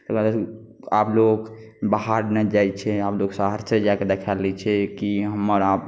ताहि दुआरे आब लोग बाहर नहि जाइत छै आब लोक सहरसे जाके देखा लैत छै कि हमर आब